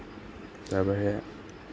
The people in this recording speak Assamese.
তাৰবাহিৰে